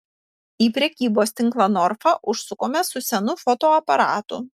į prekybos tinklą norfa užsukome su senu fotoaparatu